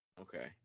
okay